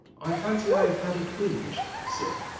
i fancy i have had a twinge, sir.